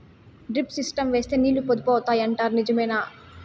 Drip system వేస్తే నీళ్లు పొదుపు అవుతాయి అంటారు నిజమా?